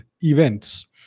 events